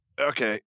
Okay